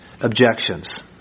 objections